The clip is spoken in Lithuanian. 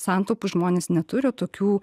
santaupų žmonės neturi tokių